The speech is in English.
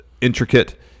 intricate